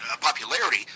popularity